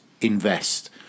invest